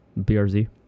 BRZ